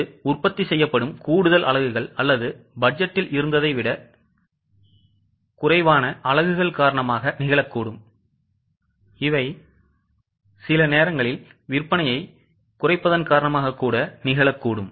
இது உற்பத்தி செய்யப்படும் கூடுதல் அலகுகள் அல்லது பட்ஜெட்டில் இருந்ததை விட குறைவான அலகுகள் காரணமாக நிகழக்கூடும் சில நேரங்களில் விற்பனையை குறைத்தல் காரணமாக நிகழக்கூடும்